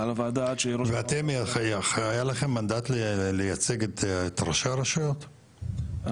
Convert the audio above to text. הייתה פגישה עם ראשי הרשויות הדרוזיות,